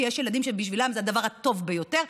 כי יש ילדים שבשבילם זה הדבר הטוב ביותר.